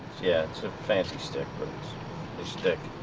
yeah, it's a fancy stick but it's a stick.